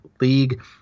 league